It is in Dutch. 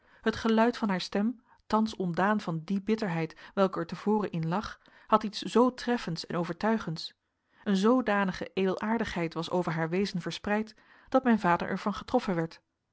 het geluid van haar stem thans ontdaan van die bitterheid welke er te voren in lag had iets zoo treffends en overtuigends een zoodanige edelaardigheid was over haar wezen verspreid dat mijn vader er van getroffen werd